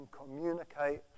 communicate